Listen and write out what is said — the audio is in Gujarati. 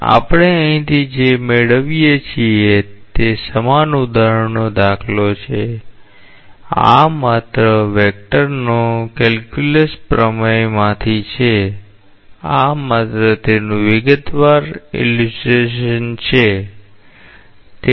તેથી આપણે અહીંથી જે મેળવીએ છીએ તે સમાન ઉદાહરણનો દાખલો છે આ માત્ર વેક્ટર કેલ્ક્યુલસ પ્રમેયમાંથી છે આ માત્ર તેનું વિગતવાર દાખલો છે